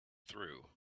through